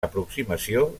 aproximació